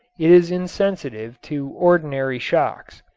it is insensitive to ordinary shocks.